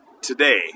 today